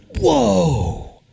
whoa